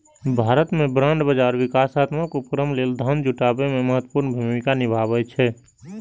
भारत मे बांड बाजार विकासात्मक उपक्रम लेल धन जुटाबै मे महत्वपूर्ण भूमिका निभाबै छै